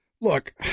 look